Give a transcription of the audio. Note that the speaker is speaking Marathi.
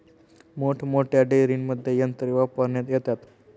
मोठमोठ्या डेअरींमध्ये यंत्रे वापरण्यात येतात